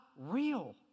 real